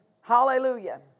Hallelujah